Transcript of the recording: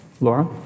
Laura